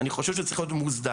אני חושב שזה צריך להיות מוסדר.